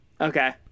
Okay